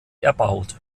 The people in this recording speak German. erbaut